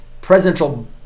presidential